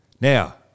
Now